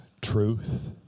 truth